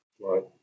Right